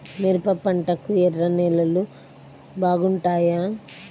మిరప పంటకు ఎర్ర నేలలు బాగుంటాయా?